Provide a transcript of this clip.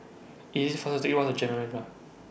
IS IT faster to Take The Bus to Jalan Jentera